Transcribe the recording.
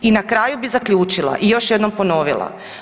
I na kraju bih zaključila i još jednom ponovila.